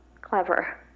Clever